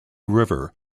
river